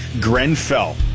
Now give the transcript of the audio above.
Grenfell